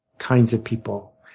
kinds of people.